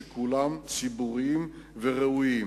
שכולם ציבוריים וראויים,